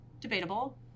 Debatable